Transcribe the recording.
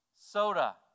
soda